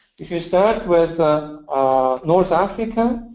if you start with ah ah north africa,